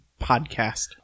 podcast